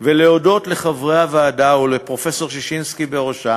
ולהודות לחברי הוועדה, ולפרופסור ששינסקי בראשה,